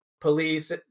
police